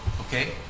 Okay